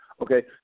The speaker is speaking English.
Okay